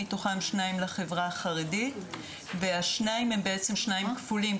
מתוכם שניים לחברה החרדית והשניים הם בעצם שניים כפולים,